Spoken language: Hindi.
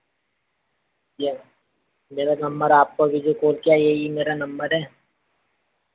येस मेरा नम्बर आपको अभी जो फोन किया यही मेरा नम्बर है